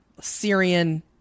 Syrian